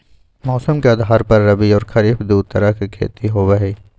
मौसम के आधार पर रबी और खरीफ दु तरह के खेती होबा हई